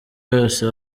yose